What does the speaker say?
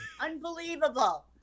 Unbelievable